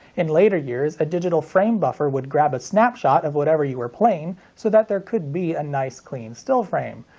in later years, a digital frame buffer would grab a snapshot of whatever you were playing so that there could be a nice clean still frame,